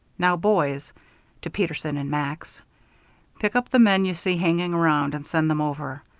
now, boys to peterson and max pick up the men you see hanging around and send them over.